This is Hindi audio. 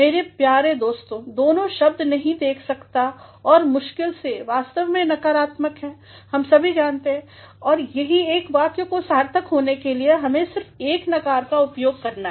मेरे प्रिय दोस्तों दोनों शब्द नहीं देख सकता और मुश्किल से वास्तव में नकारात्मक हैं और हम सभी जानते हैं कि एक वाक्य को सार्थक होने के लिए हमें सिर्फएक नकारका उपयोग करना है